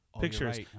pictures